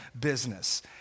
business